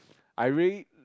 I really